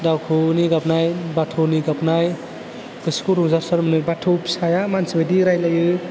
दाउ खौवौनि गाबनाय बाथ'नि गाबनाय गोसोखौ रंजासार मोनो बाथ' फिसाया मानसिबायदि रायलायो